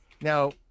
now